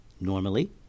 Normally